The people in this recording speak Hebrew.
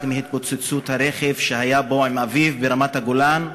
מהתפוצצות הרכב שהיה בו עם אביו ברמת-הגולן,